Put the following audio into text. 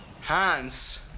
Hans